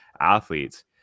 athletes